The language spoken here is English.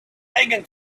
megan